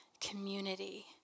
community